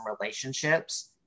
relationships